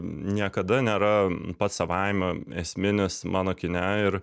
niekada nėra pats savaime esminis mano kine ir